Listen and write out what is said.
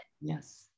yes